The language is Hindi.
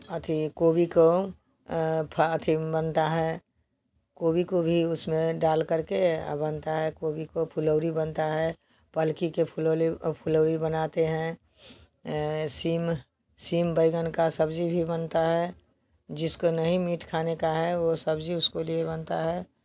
अथी कोबी को फ्र अथी बनता है कोबी को भी उसमें डालकर के बनता है कोबी को फुलौड़ी बनती है पलकी के फुलौली फुलौड़ी बनाते हैं सेम सेम बैगन की सब्ज़ी भी बनती है जिसको नहीं मीठ खाने का है वह सब्ज़ी उसके लिए बनती है